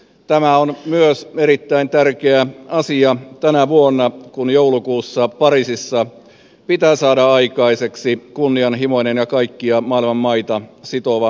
tämä on myös erittäin tärkeä asia tänä vuonna kun joulukuussa pariisissa pitää saada aikaiseksi kunnianhimoinen ja kaikkia maailman maita sitova ilmastosopimus